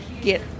get